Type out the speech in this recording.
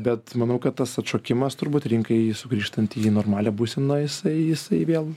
bet manau kad tas atšokimas turbūt rinkai sugrįžtant į normalią būseną jisai jisai vėl